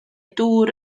dŵr